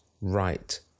right